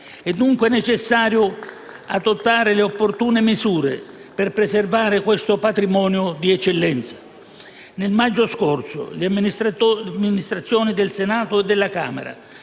È dunque necessario adottare le opportune misure per preservare questo patrimonio di eccellenza. Nel maggio scorso le Amministrazioni del Senato e della Camera